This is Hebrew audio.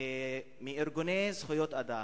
מארגוני זכויות האדם,